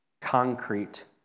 concrete